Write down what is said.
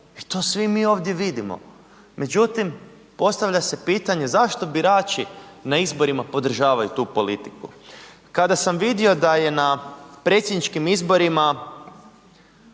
i to svi mi ovdje vidimo. Međutim, postavlja se pitanje zašto birači na izborima podržavaju tu politiku. Kada sam vidio da je na predsjedničkim izborima